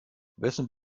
wessen